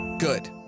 Good